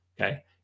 Okay